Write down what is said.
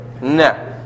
No